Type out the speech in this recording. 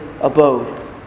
abode